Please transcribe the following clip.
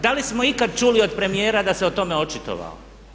Da li smo ikada čuli od premijera da se o tome očitovao?